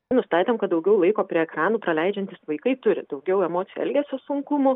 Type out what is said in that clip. nustatėm kad daugiau laiko prie ekranų praleidžiantys vaikai turi daugiau emocijų elgesio sunkumų